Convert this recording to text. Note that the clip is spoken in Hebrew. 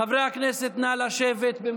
חברי הכנסת, נא לשבת.